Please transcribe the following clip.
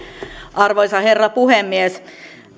arvoisa herra puhemies